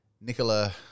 Nicola